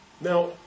Now